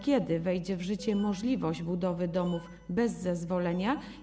Kiedy wejdzie w życie możliwość budowy domów bez zezwolenia?